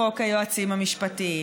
חוק היועצים המשפטיים,